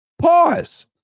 Pause